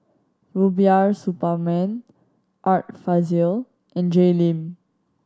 Rubiah Suparman Art Fazil and Jay Lim